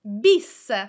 Bis